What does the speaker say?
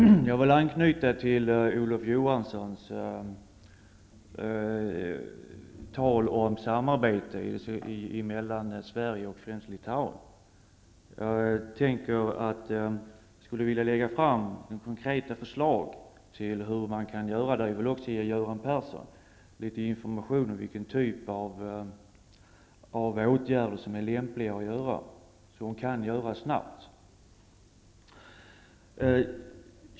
Herr talman! Jag vill anknyta till Olof Johanssons tal om samarbete mellan Sverige och främst Litauen. Jag tänker lägga fram konkreta förslag till hur man kan göra, och jag vill också ge Göran Persson litet information om vilken typ av åtgärder som är lämpliga att vidta och som kan vidtas snabbt.